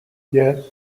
yes